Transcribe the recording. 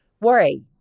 worry